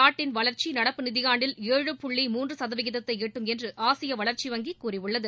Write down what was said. நாட்டின் வளர்ச்சி நடப்பு நிதியாண்டில் ஏழு புள்ளி மூன்று சதவீதத்தை எட்டும் என்று ஆசிய வளர்ச்சி வங்கி கூறியுள்ளது